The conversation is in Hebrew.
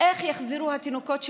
איך יחזרו התינוקות שלהם,